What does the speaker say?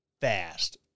fast